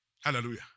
Hallelujah